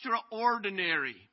extraordinary